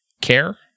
care